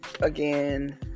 again